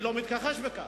אני לא מתכחש לכך.